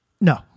No